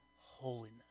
holiness